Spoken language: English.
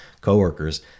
coworkers